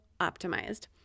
optimized